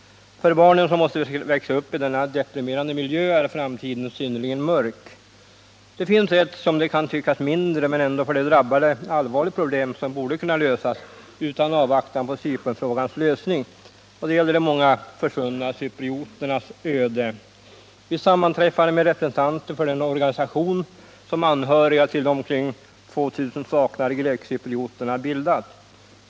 För barnen som måste växa upp i denna deprimerande miljö är framtiden synnerligen mörk. Det finns ett problem — som kan tyckas mindre men som för de drabbade är allvarligt — som borde kunna lösas utan avvaktan på Cypernfrågans lösning. Det gäller de många försvunna cyprioternas öde. Vi sammanträffade med representanter för den organisation som anhöriga till de omkring 2000 saknade grekcyprioterna bildat.